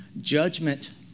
Judgment